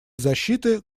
защиты